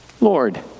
Lord